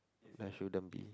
there shouldn't be